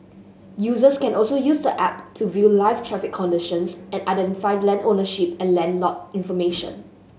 users can also use the app to view live traffic conditions and identify land ownership and land lot information